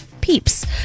peeps